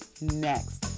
next